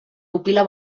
pupil·la